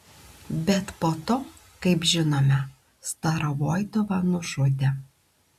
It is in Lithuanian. bet po to kaip žinome starovoitovą nužudė